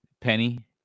Penny